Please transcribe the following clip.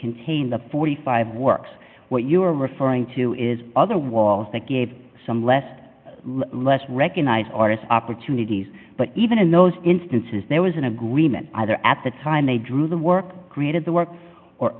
contain the forty five dollars works what you are referring to is other walls that gave some less less recognized orders opportunities but even in those instances there was an agreement either at the time they drew the work created the work or